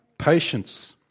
Patience